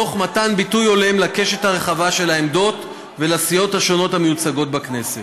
תוך מתן ביטוי הולם לקשת הרחבה של העמדות ולסיעות המיוצגות בכנסת.